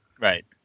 Right